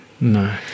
No